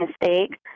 mistake